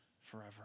forever